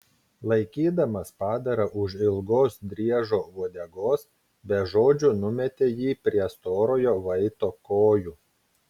laikydamas padarą už ilgos driežo uodegos be žodžių numetė jį prie storojo vaito kojų